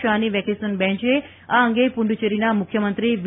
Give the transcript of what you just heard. શાહની વેકેશન બેન્ચે આ અંગે પૂર્ડચેરીના મુખ્યમંત્રી વી